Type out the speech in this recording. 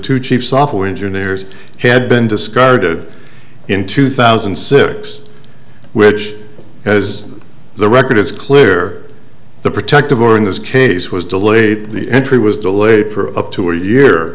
two chief software engineers had been discarded in two thousand and six which as the record is clear the protective order in this case was delayed the entry was delayed for up to a year